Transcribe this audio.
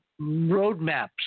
roadmaps